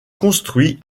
construits